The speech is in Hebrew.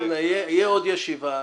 תהיה עוד ישיבה.